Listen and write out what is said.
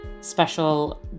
special